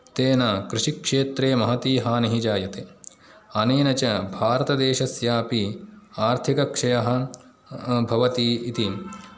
तेन कृषिक्षेत्रे महती हानिः जायते अनेन च भारतदेशस्यापि आर्थिकक्षयः भवति इति